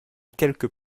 quelques